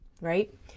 right